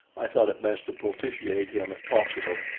i thought it best to propitiate him if possible,